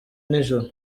n’ijoro